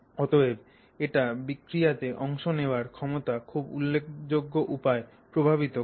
অতএব এটা বিক্রিয়াতে অংশ নেওয়ার ক্ষমতাকে খুব উল্লেখযোগ্য উপায়ে প্রভাবিত করে